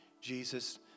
Jesus